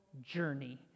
journey